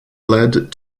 led